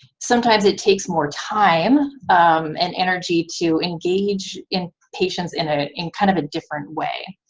sometimes it takes more time and energy to engage in patients in ah in kind of a different way,